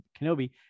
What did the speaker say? kenobi